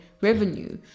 revenue